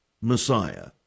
Messiah